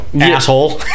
asshole